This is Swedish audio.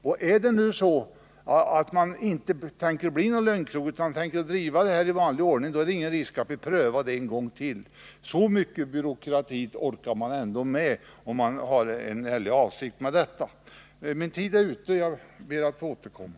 Om rörelseidkaren inte har några tankar på en sådan utan tänker driva rörelsen i vanlig ordning, då är det ingen risk att han blir prövad en gång till. Och om man har ärliga avsikter orkar man ändå med så pass mycket byråkrati som en prövning innebär. Min taletid är ute nu. Jag ber att få återkomma.